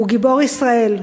הוא גיבור ישראל.